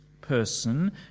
person